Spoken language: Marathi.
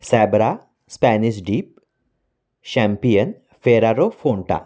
सॅबरा स्पॅनिश डीप शॅम्पियन फेरारो फोन्टा